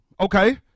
Okay